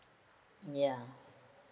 ya